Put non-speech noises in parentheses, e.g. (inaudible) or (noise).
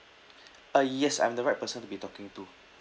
(breath) ah yes I'm the right person to be talking to